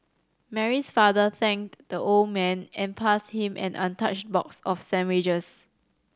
Mary's father thanked the old man and passed him an untouched box of sandwiches